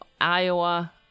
Iowa